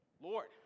Lord